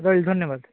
ରହିଲି ଧନ୍ୟବାଦ